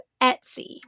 Etsy